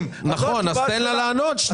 מבחינה בין בני אדם לבין בנות אדם,